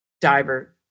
diver